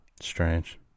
Strange